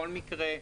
בכל מקרה,